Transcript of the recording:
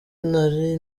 nari